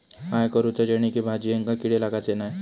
काय करूचा जेणेकी भाजायेंका किडे लागाचे नाय?